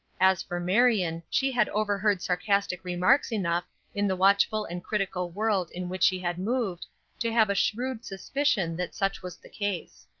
as for marion she had overheard sarcastic remarks enough in the watchful and critical world in which she had moved to have a shrewd suspicion that such was the case.